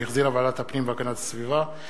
שהחזירה ועדת הפנים והגנת הסביבה,